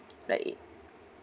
right